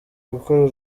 gukora